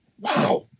wow